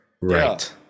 Right